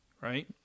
right